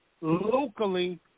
locally